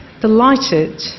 delighted